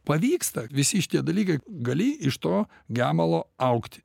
pavyksta visi šitie dalykai gali iš to gemalo augt